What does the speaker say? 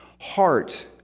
heart